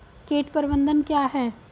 कीट प्रबंधन क्या है?